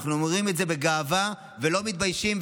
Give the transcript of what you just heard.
אנחנו אומרים את זה בגאווה ולא מתביישים,